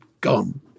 gone